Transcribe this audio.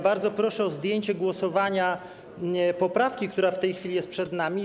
Bardzo proszę o zdjęcie głosowania nad poprawką, która w tej chwili jest przed nami.